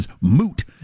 moot